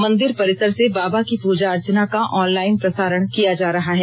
मंदिर परिसर से बाबा की पूजा अर्चना का ऑनलाइन प्रसारण किया जा रहा है